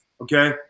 okay